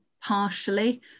partially